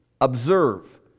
observe